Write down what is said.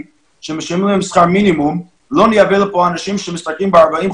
שמשלמים להם שכר מינימום ולא נייבא לפה אנשים שמשתכרים 40,000,